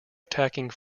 attacking